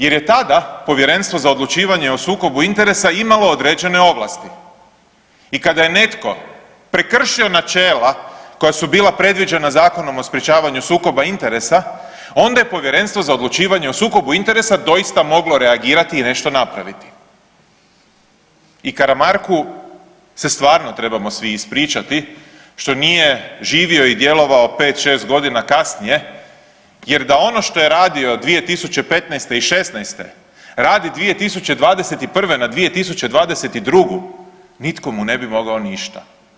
Jer je tada Povjerenstvo za odlučivanje o sukobu interesa imalo određene ovlasti i kada je netko prekršio načela koja su bila predviđena Zakonom o sprečavanju sukoba interesa onda je Povjerenstvo za odlučivanje o sukobu interesa doista moglo reagirati i nešto napraviti i Karamarku se stvarno trebamo svi ispričati što nije živio i djelovao pet, šest godina kasnije jer da ono što je radio 2015. i '16., radi 2021. na 2022. nitko mu ne bi mogao ništa.